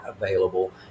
available